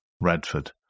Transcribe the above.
Radford